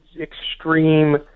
extreme